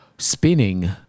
spinning